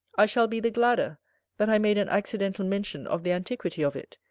i shall be the gladder that i made an accidental mention of the antiquity of it,